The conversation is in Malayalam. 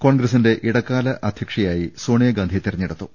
കോൺഗ്രസ്സിന്റെ ഇടക്കാല അധ്യക്ഷയായി സോണിയ ഗാന്ധിയെ തെരഞ്ഞെടുത്തു